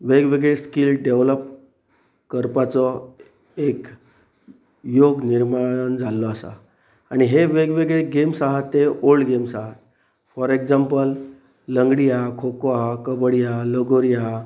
वेगवेगळे skill develop करपाचो एक योग निर्माण जाल्लो आसा आनी हे वेगवेगळे गेम्स आसा ते ओल्ड गेम्स आसात फॉर एक्जाम्पल लंगडी आसा खो खो आहा कबड्डी आसा लगोरी आहा